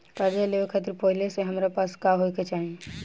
कर्जा लेवे खातिर पहिले से हमरा पास का होए के चाही?